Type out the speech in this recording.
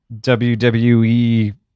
wwe